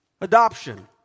adoption